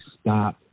stop